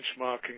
Benchmarking